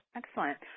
excellent